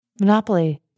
Monopoly